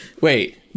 wait